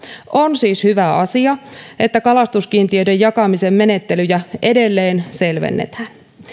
on siis hyvä asia että kalastuskiintiöiden jakamisen menettelyjä edelleen selvennetään